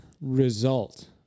result